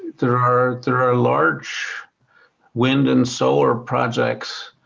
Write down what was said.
there are there are large wind and solar projects